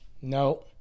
No